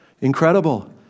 Incredible